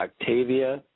Octavia